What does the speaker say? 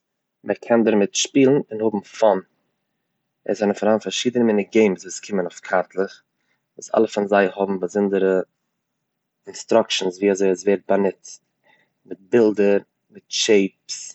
מ'קען דערמיט שפילן און האבן פאן, עס זענען פארהאן פארשידענע מינע געימס וואס קומען אויף קארטלעך, וואס אלע פון זיי האבן באזונדערע אינסטראקשנס ווי אזוי ס'ווערט באנוצט, מיט בילדער, מיט שעיפס.